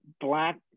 black